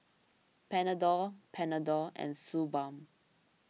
Panadol Panadol and Suu Balm